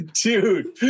dude